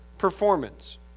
Performance